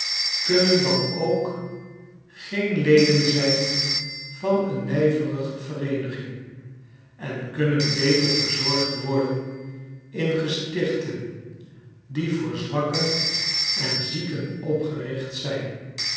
kunnen dan ook geen leden zijn van eennijvere vereeniging en kunnen beter verzorgd worden in gestichten die voor zwakken en zieken opgericht zijn